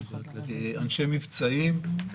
אנשי מבצעים,